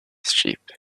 sheep